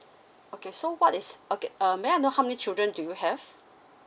okay so what is okay uh may I know how many children do you have